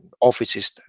offices